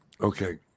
Okay